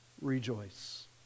Rejoice